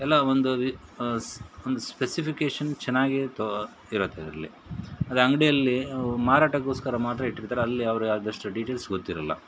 ಎಲ್ಲ ಒಂದು ವಿ ಸ್ ಒಂದು ಸ್ಪೆಸಿಫಿಕೇಶನ್ ಚೆನ್ನಾಗಿ ಇತ್ತು ಇರತ್ತೆ ಅದ್ರಲ್ಲಿ ಅದೇ ಅಂಗಡಿಯಲ್ಲಿ ಮಾರಾಟಕ್ಕೋಸ್ಕರ ಮಾತ್ರ ಇಟ್ಟಿರ್ತಾರೆ ಅಲ್ಲಿ ಅವ್ರು ಅದಷ್ಟು ಡೀಟೇಲ್ಸ್ ಗೊತ್ತಿರೋಲ್ಲ